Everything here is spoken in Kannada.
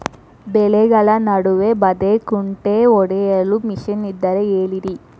ಬೆಳೆಗಳ ನಡುವೆ ಬದೆಕುಂಟೆ ಹೊಡೆಯಲು ಮಿಷನ್ ಇದ್ದರೆ ಹೇಳಿರಿ